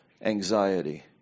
anxiety